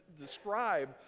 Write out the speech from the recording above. describe